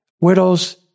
widows